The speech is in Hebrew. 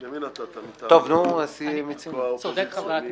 יהדות התורה לא מיוצגת --- גם ש"ס לא.